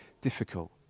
difficult